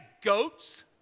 goats